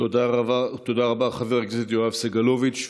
תודה רבה לחבר הכנסת יואב סגלוביץ,